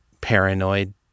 paranoid